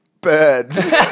birds